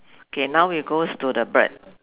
can now we goes to the bird